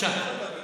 בוא ניתן לו לדבר.